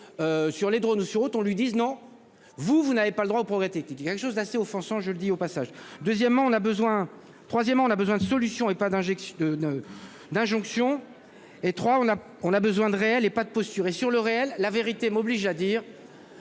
Sur les drônes sur autre on lui dise non. Vous, vous n'avez pas le droit au progrès technique quelque chose d'assez offensant, je le dis au passage. Deuxièmement, on a besoin. Troisièmement, on a besoin de solutions et pas d'injection de de. D'injonction. Et trois, on a, on a besoin de réel et pas de posture et sur le réel. La vérité m'oblige à dire.